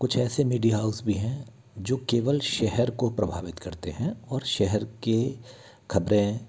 कुछ ऐसे media house भी हैं जो केवल शहर को प्रभावित करते हैं और शहर के खबरें